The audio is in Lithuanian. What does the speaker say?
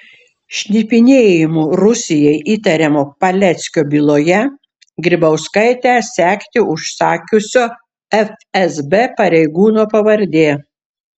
šnipinėjimu rusijai įtariamo paleckio byloje grybauskaitę sekti užsakiusio fsb pareigūno pavardė